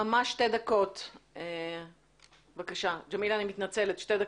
אני מתנצלת, שתי דקות.